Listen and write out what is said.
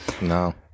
No